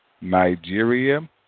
Nigeria